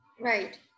Right